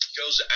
goes